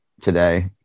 today